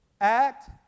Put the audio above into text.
act